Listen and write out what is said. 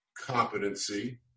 competency